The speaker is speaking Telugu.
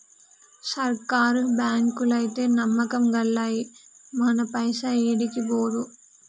సర్కారు బాంకులైతే నమ్మకం గల్లయి, మన పైస ఏడికి పోదు